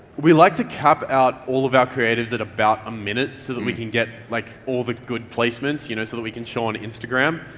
we like to cap out all of our creatives at about a minute so that we can get like all the good placements you know, so that we can show on instagram.